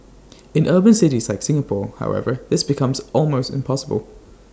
in urban cities like Singapore however this becomes almost impossible